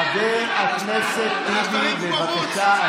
חבר הכנסת בן גביר, החוצה.